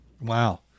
Wow